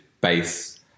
base